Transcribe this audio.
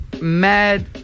mad